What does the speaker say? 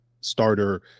starter